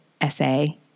essay